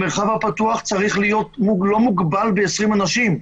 המרחב הפתוח לא צריך להיות מוגבל ב-20 אנשים,